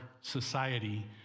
society